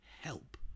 help